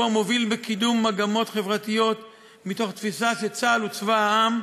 הוא המוביל בקידום מגמות חברתיות מתוך תפיסה שהוא צבא העם,